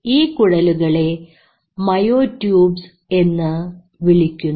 ഈ കുഴലുകളെ myotubes എന്ന് വിളിക്കുന്നു